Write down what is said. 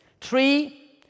Three